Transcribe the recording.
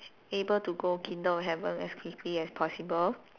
able to go kingdom of heaven as quickly as possible